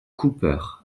cooper